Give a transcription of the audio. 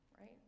right